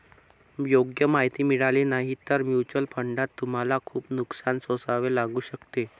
योग्य माहिती मिळाली नाही तर म्युच्युअल फंडात तुम्हाला खूप नुकसान सोसावे लागू शकते